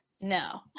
no